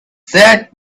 that